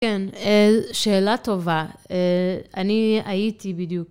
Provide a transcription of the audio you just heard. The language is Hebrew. כן, שאלה טובה, אני הייתי בדיוק